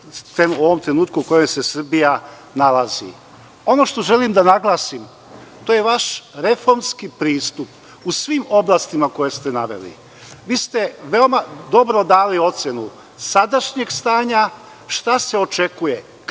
u ovom trenutku u kome se Srbija nalazi. Ono što želim da naglasim, to je vaš reformski pristup u svim oblastima koje ste naveli. Vi ste veoma dobro dali ocenu sadašnjeg stanja, šta se očekuje